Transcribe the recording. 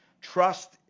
trust